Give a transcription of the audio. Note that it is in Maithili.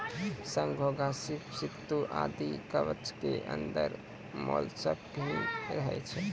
शंख, घोंघा, सीप, सित्तू आदि कवच के अंदर मोलस्क ही रहै छै